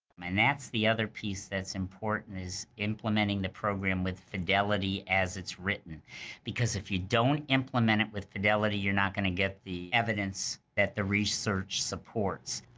and that's the other piece that's important is implementing the program with fidelity as it's written because if you don't implement it with fidelity you're not going to get the evidence that the research supports.